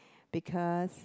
because